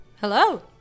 Hello